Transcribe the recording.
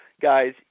guys